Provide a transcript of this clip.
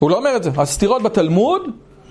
הוא לא אומר את זה. הסתירות בתלמוד.